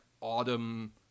autumn